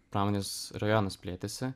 pramonės rajonas plėtėsi